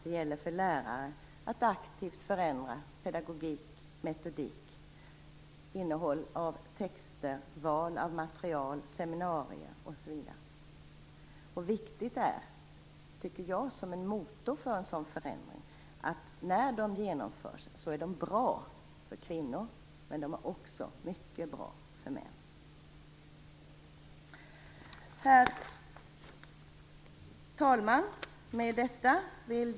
Det gäller för läraren att aktivt förändra pedagogik, metodik, innehåll av texter, val av material, seminarier osv. Jag tycker att det är viktigt, som motor för en förändring, att förändringar som genomförs är bra för kvinnor men också mycket bra för män. Herr talman!